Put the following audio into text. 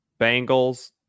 Bengals